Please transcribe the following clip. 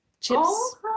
chips